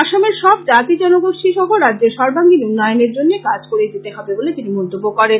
আসামের সব জাতি জনগোষ্ঠী সহ রাজ্যের সর্বাঙ্গীন উন্নয়নের জন্য কাজ করে যেতে হবে বলে তিনি মন্তব্য করেন